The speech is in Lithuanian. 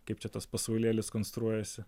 kaip čia tas pasaulėlis konstruojasi